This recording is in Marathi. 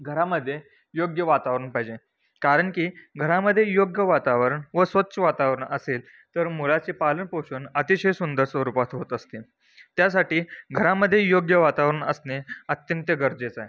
घरामध्ये योग्य वातावरण पाहिजे कारण की घरामध्ये योग्य वातावरण व स्वच्छ वातावरण असेल तर मुलाचे पालनपोषण अतिशय सुंदर स्वरूपात होत असते त्यासाठी घरामध्ये योग्य वातावरण असणे अत्यंत गरजेचं आहे